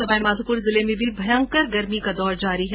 सवाईमाधोपुर जिले में भी भयंकर गर्मी का दौर जारी है